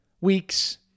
weeks